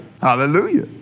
Hallelujah